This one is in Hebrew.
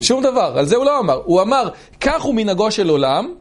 שום דבר, על זה הוא לא אמר, הוא אמר, כך הוא מנהגו של עולם.